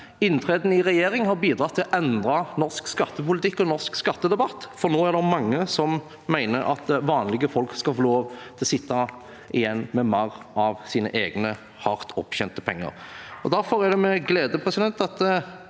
inntreden i regjering har bidratt til å endre norsk skattepolitikk og norsk skattedebatt, for nå er det mange som mener at vanlige folk skal få lov til å sitte igjen med mer av sine egne, hardt opptjente penger. Derfor er det med glede jeg tar